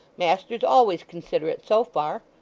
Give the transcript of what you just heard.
master's always considerate so far.